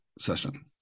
session